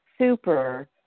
super